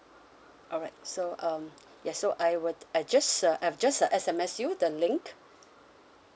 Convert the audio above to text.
alright so um yes so I would I just uh I've just uh S_M_S you the link